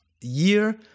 year